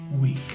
week